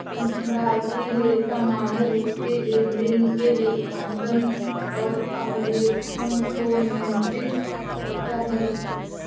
भारतीय लेखा मानक वित्तीय लेनदेन के लेखांकन और अभिलेखों को नियंत्रित करता है